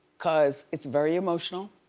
cause it's very emotional.